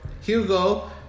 Hugo